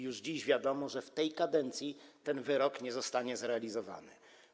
Już dziś wiadomo, że w tej kadencji ten wyrok nie zostanie zrealizowany.